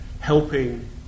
helping